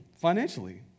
financially